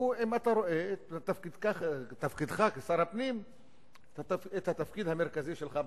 הוא אם אתה רואה בתפקידך כשר הפנים את התפקיד המרכזי שלך בממשלה.